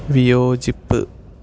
വിയോജിപ്പ്